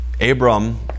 Abram